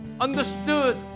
understood